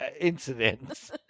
incidents